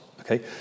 okay